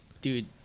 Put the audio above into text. dude